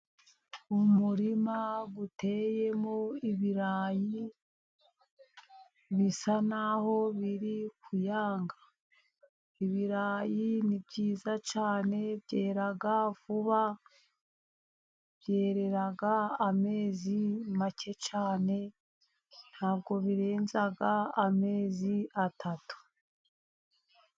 Umurima uteyemo ibirayi bisa naho biri kuyanga , ibirayi nibyiza cyane byera vuba byerera amezi make cyane, ntabwo birenza amezi atatu.